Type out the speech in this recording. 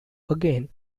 again